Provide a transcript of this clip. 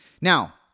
Now